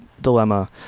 Dilemma